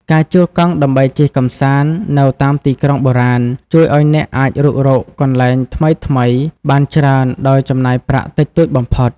ការជួលកង់ដើម្បីជិះកម្សាន្តនៅតាមទីក្រុងបុរាណ ជួយឱ្យអ្នកអាចរុករកកន្លែងថ្មីៗបានច្រើនដោយចំណាយប្រាក់តិចតួចបំផុត។